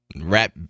Rap